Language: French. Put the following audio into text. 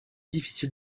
difficile